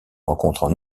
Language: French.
rencontrent